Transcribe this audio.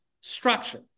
structure